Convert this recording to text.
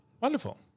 Wonderful